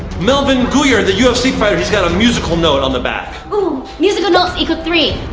melvin guilliard, the ufc fighter. he's got a musical note on the back. ooh, musical note equals three.